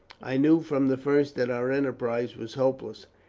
i knew from the first that our enterprise was hopeless,